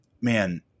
man –